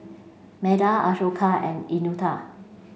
Medha Ashoka and Eunita